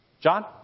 John